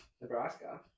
nebraska